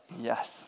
yes